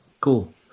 Cool